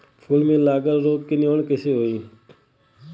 फूल में लागल रोग के निवारण कैसे होयी?